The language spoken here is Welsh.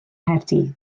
nghaerdydd